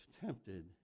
tempted